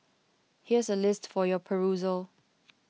here's a list for your perusal